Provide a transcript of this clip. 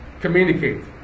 Communicate